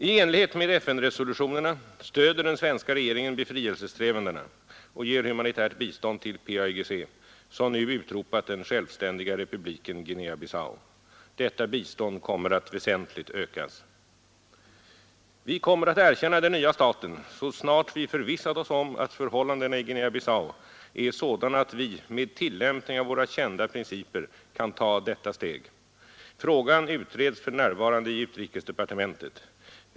I enlighet med FN-resolutionerna stöder den svenska regeringen befrielsesträvandena och ger humanitärt bistånd till PAIGC, som nu utropat den självständiga republiken Guinea-Bissau. Detta bistånd kommer att väsentligt ökas. Vi kommer att erkänna den nya staten så snart vi förvissat oss om att förhållandena i Guinea-Bissau är sådana att vi med tillämpning av våra kända principer kan ta detta steg. Frågan utreds för närvarande i utrikesdepartementet.